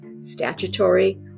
statutory